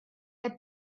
had